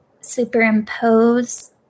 superimpose